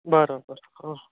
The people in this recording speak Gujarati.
બરોબર હ